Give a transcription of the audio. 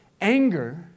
anger